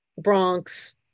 Bronx